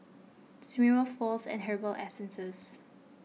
Smirnoff Wall's and Herbal Essences